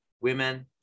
women